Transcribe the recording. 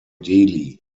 delhi